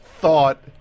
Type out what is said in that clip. thought